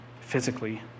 physically